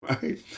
right